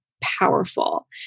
powerful